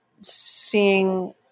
seeing